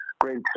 great